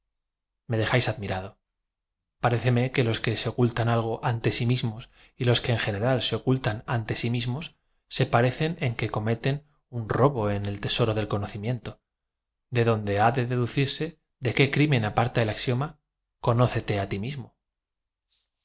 dejáis admirado parécem e que los que se ocultan algo ante sí mismos y los que en general se ocultan ante si mismos ae parecen en que cometen un robo en el tesoro del conocimiento de donde ha de deducirse de qué crimen aparta el axiom a conócete á ti mismo